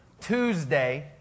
Tuesday